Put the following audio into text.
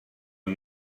yng